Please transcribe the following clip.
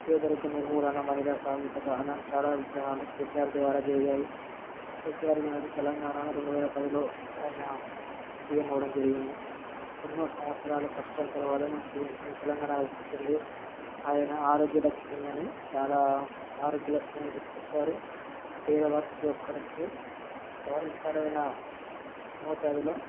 పేదరిక నిర్మూలన మహిళా సాధికత అలాంటి చాలా విక్రయాలు కేసిఆర్ ద్వారా జరిగాయి కేసిఆర్ గారు తెలంగాణాని రెండువేల పదిలో ఆయన సీఎం అవ్వడం జరిగింది ఎన్నో సంవత్సరాల కష్టం తర్వాత మన తెలంగాణ వచ్చింది ఆయన ఆరోగ్య దక్షిణ కాని చాలా ఆరోగ్య లక్ష్యాల్ని తీసుకుని వచ్చారు పేదవారి ప్రతి ఒక్కరికి సాధిస్తారమైన మోతాదులో